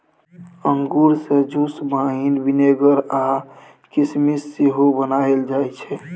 अंगुर सँ juice, wine, vinegar आ किसमिस सेहो बनाएल जाइ छै